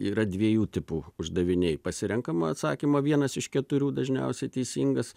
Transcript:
yra dviejų tipų uždaviniai pasirenkamo atsakymo vienas iš keturių dažniausiai teisingas